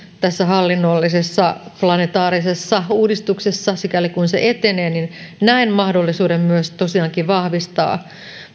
tässä hallinnollisessa planetaarisessa uudistuksessa sikäli kuin se etenee mahdollisuuden tosiaankin paitsi vahvistaa